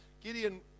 Gideon